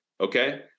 Okay